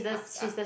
ups ups